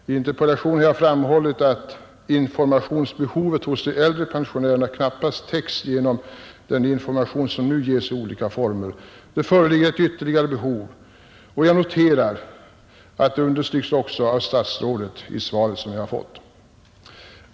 I interpellationen har jag framhållit att informationsbehovet hos de äldre pensionärerna knappast täcks genom den information som nu ges i olika former. Det föreligger behov av ytterligare information, och jag noterar att detta också understryks av statsrådet.